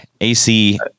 ac